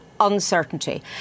uncertainty